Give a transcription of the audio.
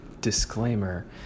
disclaimer